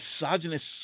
misogynist